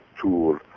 tool